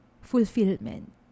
fulfillment